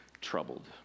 troubled